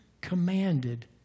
commanded